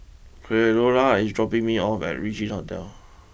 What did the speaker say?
Creola is dropping me off at Regin Hotel